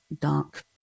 dark